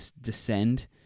descend